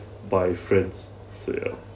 by friends so ya